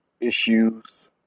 issues